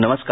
नमस्कार